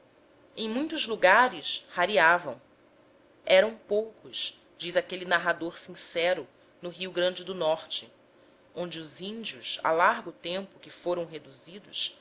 em muitos lugares rareavam eram poucos diz aquele narrador sincero no rio grande do norte onde os índios há largo tempo que foram reduzidos